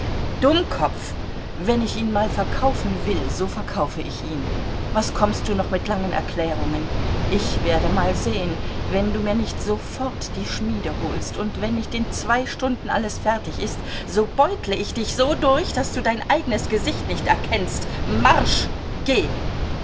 dummkopf wenn ich ihn mal verkaufen will so verkaufe ich ihn was kommst du noch mit langen erklärungen ich werde mal sehen wenn du mir nicht sofort die schmiede holst und wenn nicht in zwei stunden alles fertig ist so beutele ich dich so durch daß du dein eigenes gesicht nicht erkennst marsch geh